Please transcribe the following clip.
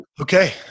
Okay